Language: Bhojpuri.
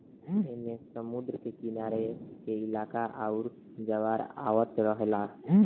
ऐमे समुद्र के किनारे के इलाका आउर ज्वार आवत रहेला